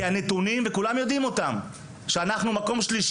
כי הנתונים וכולם יודעים אותם שאנחנו מקום שני